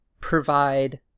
provide